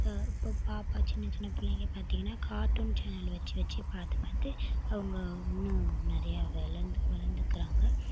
இப்போ பாப்பா சின்னச் சின்னப் பிள்ளைங்க பார்த்திங்கனா கார்டூன் சேனலை வச்சி வச்சி பார்த்து பார்த்து அவங்க இன்னும் நிறையா வளந்து வளர்ந்துக்கிறாங்க